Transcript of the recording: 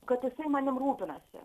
kad jisai manim rūpinasi